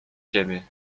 ciebie